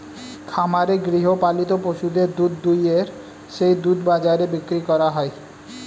খামারে গৃহপালিত পশুদের দুধ দুইয়ে সেই দুধ বাজারে বিক্রি করা হয়